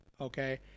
okay